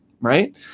right